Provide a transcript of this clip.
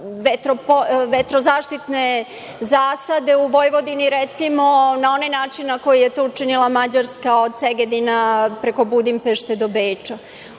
vetrozasedne zasade u Vojvodini na onaj način na koji je to učinila Mađarska od Segedina preko Budimpešte do Beča. Hoću